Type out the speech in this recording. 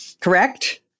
Correct